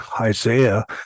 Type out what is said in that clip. Isaiah